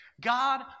God